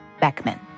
Beckman